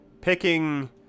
picking